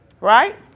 Right